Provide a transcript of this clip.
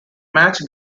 match